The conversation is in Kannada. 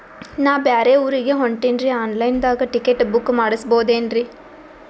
ನಾ ಬ್ಯಾರೆ ಊರಿಗೆ ಹೊಂಟಿನ್ರಿ ಆನ್ ಲೈನ್ ದಾಗ ಟಿಕೆಟ ಬುಕ್ಕ ಮಾಡಸ್ಬೋದೇನ್ರಿ?